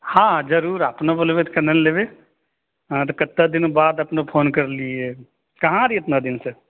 हँ जरूर अपना बोलबै तऽ केना नहि लेबै हँ तऽ कत्ते दिन बाद अपने फोन करलिए कहाँ रहिए इतना दिन से